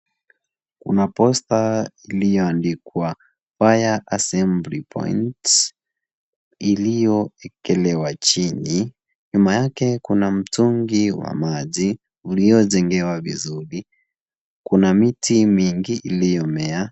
Kuna posta iliyoandikwa fire assembly point iliyoekelewa chini, nyuma yake kuna mtungi wa maji uliojengewa vizuri, kuna miti mingi iliyomea.